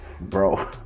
bro